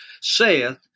saith